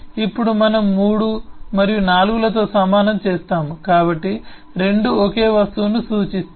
ఇప్పుడు మనం 3 మరియు 4 లతో సమానం చేసాము కాబట్టి రెండూ ఒకే వస్తువును సూచిస్తాయి